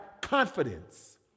confidence